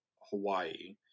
Hawaii